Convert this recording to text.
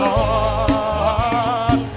Lord